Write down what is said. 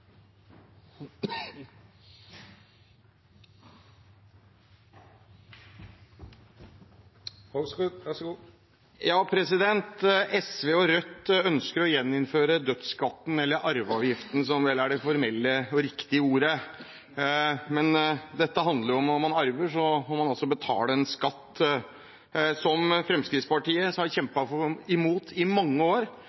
Rødt ønsker å gjeninnføre «dødsskatten», eller arveavgiften, som vel er det formelle og riktige ordet. Dette handler om at når man arvet, måtte man betale en skatt, noe som Fremskrittspartiet